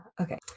Okay